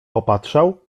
popatrzał